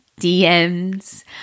DMs